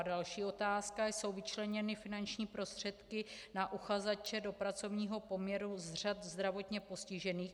Další otázka: Jsou vyčleněny finanční prostředky na uchazeče do pracovního poměru z řad zdravotně postižených?